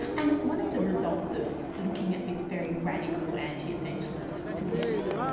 and one of the results of looking at this very radical anti-essentialist position,